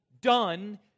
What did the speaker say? done